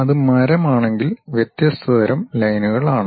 അത് മരം ആണെങ്കിൽ വ്യത്യസ്ത തരം ലൈനുകൾ ആണ്